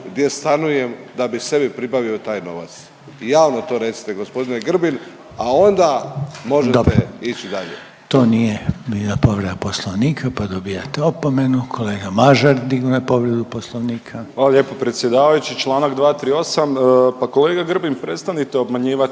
gdje stanujem da bi sebi pribavio taj novac. Javno to recite gospodine Grbin, a onda možete ići dalje. **Reiner, Željko (HDZ)** Dobro, to nije bila povreda Poslovnika, pa dobijate opomenu. Kolega Mažar dignuo je povredu Poslovnika. **Mažar, Nikola (HDZ)** Hvala lijepo predsjedavajući. Članak 238. Pa kolega Grbin prestanite obmanjivati